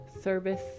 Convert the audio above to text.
service